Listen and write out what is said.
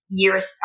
years